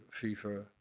FIFA